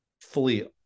fully